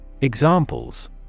Examples